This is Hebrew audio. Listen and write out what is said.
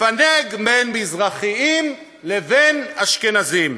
לפלג בין מזרחים לבין אשכנזים.